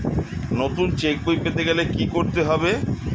নতুন চেক বই পেতে কী করতে হবে?